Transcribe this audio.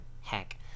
Heck